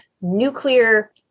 nuclear